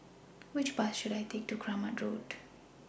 Which Bus should I Take to Kramat Road